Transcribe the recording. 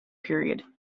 period